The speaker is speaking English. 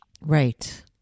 Right